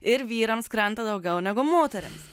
ir vyrams krenta daugiau negu moterims